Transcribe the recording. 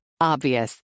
Obvious